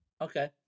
Okay